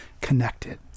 connected